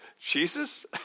Jesus